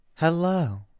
hello